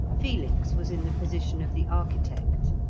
felix was in the position of the architect.